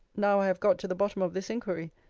now i have got to the bottom of this inquiry,